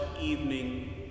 evening